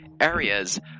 areas